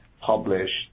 published